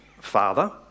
Father